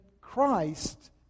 Christ